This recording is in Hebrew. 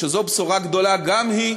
שזו בשורה גדולה גם היא,